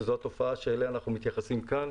שזו התופעה שאליה אנחנו מתייחסים כאן,